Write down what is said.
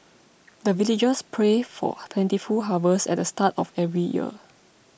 the villagers pray for plentiful harvest at the start of every year